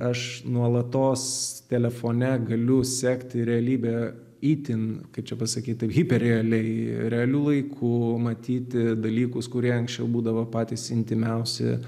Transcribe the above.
aš nuolatos telefone galiu sekti realybę itin kaip čia pasakyt tai hyper realiai realiu laiku matyti dalykus kurie anksčiau būdavo patys intymiausi